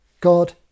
God